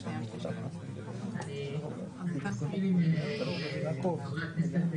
אני מסכים עם חבר הכנסת